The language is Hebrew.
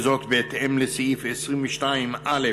וזאת בהתאם לסעיף 22(א)